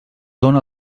dóna